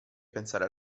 pensare